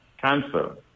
cancer